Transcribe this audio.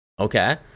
Okay